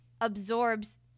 absorbs